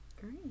Great